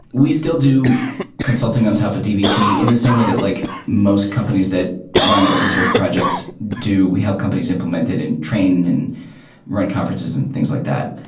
we still do consulting on top of dbt in the same way that like most companies that run open source projects do. we help companies implement and train and run conferences and things like that.